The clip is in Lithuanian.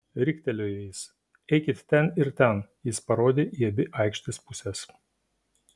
riktelėjo jis eikit ten ir ten jis parodė į abi aikštės puses